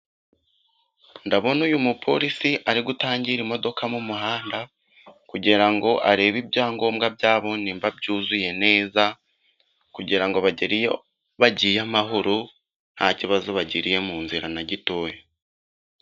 Ndabona uyu mupolisi ari gutangira imodoka mu muhanda, kugirango arebe ibyangombwa byabo niba byuzuye neza, kugirango bagere iyo bagiye amahoro nta kibazo bagiriye mu nzira na gitoya.